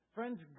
Friends